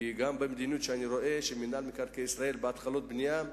כי המדיניות של מינהל מקרקעי ישראל בהתחלות בנייה,